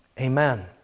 Amen